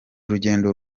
rugendo